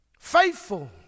Faithful